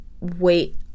wait